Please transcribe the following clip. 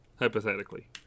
Hypothetically